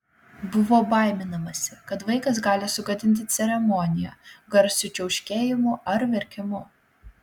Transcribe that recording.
buvo baiminamasi kad vaikas gali sugadinti ceremoniją garsiu čiauškėjimu ar verkimu